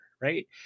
right